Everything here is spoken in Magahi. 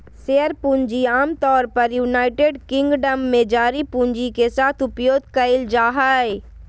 शेयर पूंजी आमतौर पर यूनाइटेड किंगडम में जारी पूंजी के साथ उपयोग कइल जाय हइ